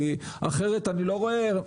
כי אחרת אני לא רואה,